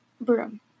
Broom